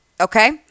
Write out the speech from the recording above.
Okay